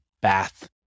bath